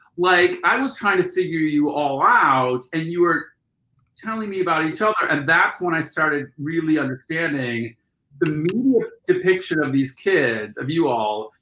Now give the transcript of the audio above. like i was trying to figure you all out, and you were telling me about each other. and that's when i started really understanding the main depiction of these kids, of you all,